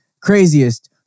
craziest